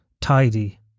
tidy